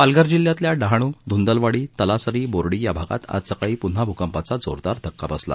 पालघर जिल्ह्यातल्या डहाणू धुंदलवाडी तलासरी बोर्डी या भागांत आज सकाळी पुन्हा भूकंपाचा जोरदार धक्का बसला